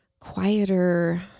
quieter